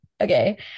okay